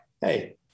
Hey